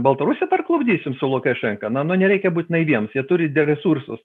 baltarusiją parklupdysim su lukašenka na nu nereikia būt naiviems jie turi dar resursus